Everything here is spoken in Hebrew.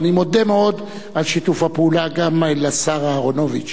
ואני מודה מאוד על שיתוף הפעולה גם לשר אהרונוביץ.